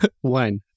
One